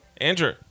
Andrew